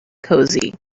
cosy